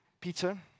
Peter